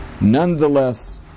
nonetheless